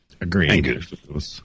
Agreed